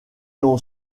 l’on